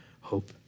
hope